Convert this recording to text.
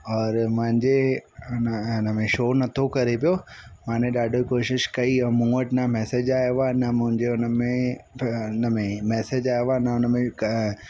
और मुंहिंजे हुनमें शो न थो करे पियो माने ॾाढो कोशिश कई ऐं मूं वटि न मैसेज आयो आहे न मुंहिंजे हुनमें उनमें मैसेज आयो आहे न उनमें क